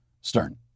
Stern